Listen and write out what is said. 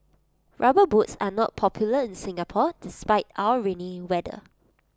rubber boots are not popular in Singapore despite our rainy weather